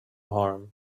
harm